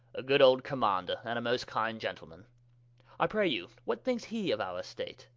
a good old commander, and a most kinde gentleman i pray you, what thinkes he of our estate?